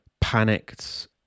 panicked